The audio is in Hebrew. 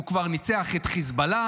הוא כבר ניצח את חיזבאללה,